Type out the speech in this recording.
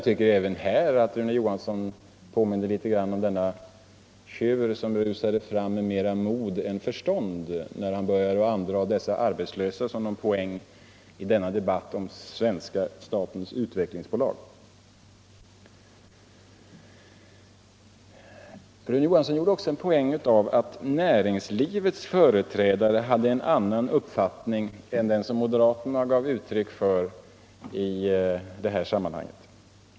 Så när Rune Johansson börjar dra fram dessa arbetslösa som en poäng i denna debatt om den svenska statens utvecklingsbolag tycker jag att han även här påminner om den där tjuren som rusar fram med mera mod än förstånd. Rune Johansson gjorde också en poäng av att näringslivets företrädare hade en annan uppfattning än den som moderaterna har givit uttryck för i detta sammanhang.